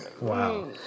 Wow